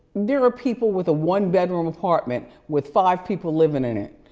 there are people with a one bedroom apartment with five people living in it.